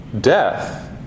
Death